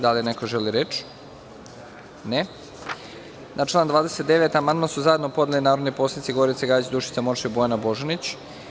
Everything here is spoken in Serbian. Da li neko želi reč? (Ne) Na člana 29. amandman su zajedno podneli narodni poslanici Gorica Gajić, Dušica Morčev i Bojana Božanić.